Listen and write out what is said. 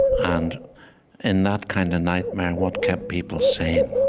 and in that kind of nightmare, what kept people sane